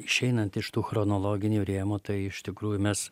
išeinant iš tų chronologinių rėmų tai iš tikrųjų mes